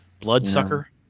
Bloodsucker